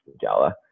gala